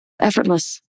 effortless